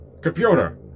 Computer